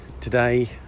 today